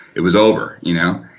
it was over you know.